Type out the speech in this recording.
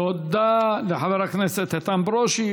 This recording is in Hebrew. תודה לחבר הכנסת איתן ברושי.